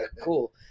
cool